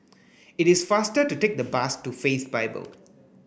it is faster to take the bus to Faith Bible